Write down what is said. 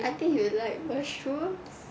I think you like mushrooms